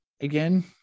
Again